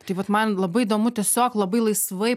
taip vat man labai įdomu tiesiog labai laisvai